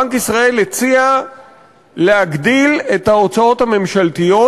בנק ישראל הציע להגדיל את ההוצאות הממשלתיות.